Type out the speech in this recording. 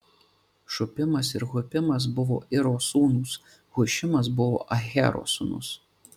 šupimas ir hupimas buvo iro sūnūs hušimas buvo ahero sūnus